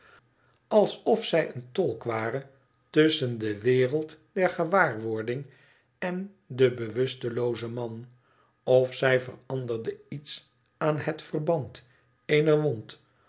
alsof zij een tolk ware tusschen de wereld der gewaarwording en den bewusteloozen man of zij veranderde iets aan het verband eener wond